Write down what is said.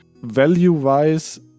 Value-wise